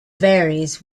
varies